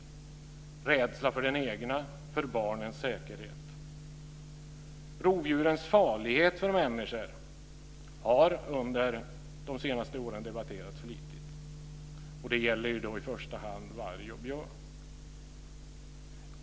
Det är rädsla för den egna säkerheten och för barnens säkerhet. Rovdjurens farlighet för människor har under de senaste åren debatterats flitigt. Det gäller i första hand varg och björn.